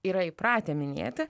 yra įpratę minėti